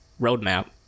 roadmap